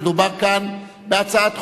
מדובר כאן בהצעת חוק,